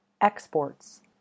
exports